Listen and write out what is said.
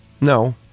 No